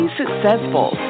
successful